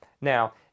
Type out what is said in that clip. Now